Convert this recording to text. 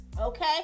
okay